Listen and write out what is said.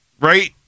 right